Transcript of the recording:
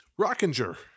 Rockinger